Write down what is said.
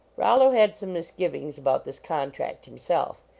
rollo had some misgivings about this contract himself.